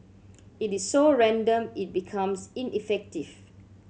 it is so random it becomes ineffective